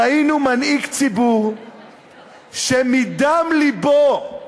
ראינו מנהיג ציבור שמדם לבו,